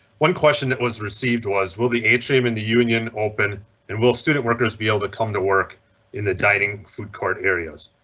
one question that was received was will the atrium and the union open and will student workers be able to come to work in the dining room court areas?